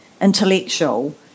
intellectual